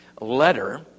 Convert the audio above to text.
letter